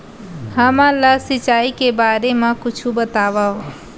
हमन ला सिंचाई के बारे मा कुछु बतावव?